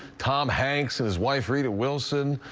tom hanks is wife rita wilson.